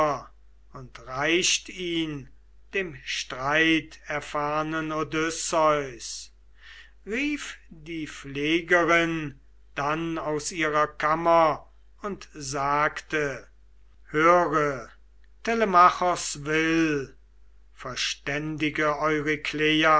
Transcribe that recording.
und reicht ihn dem streiterfahrnen odysseus rief die pflegerin dann aus ihrer kammer und sagte höre telemachos will verständige